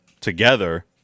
together